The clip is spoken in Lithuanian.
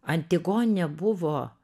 antigonė buvo